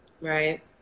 Right